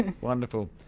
Wonderful